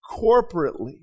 corporately